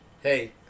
Hey